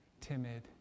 timid